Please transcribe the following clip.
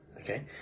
okay